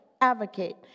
advocate